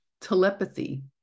telepathy